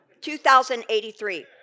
2083